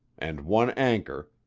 and one anchor,